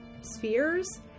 spheres